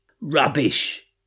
Rubbish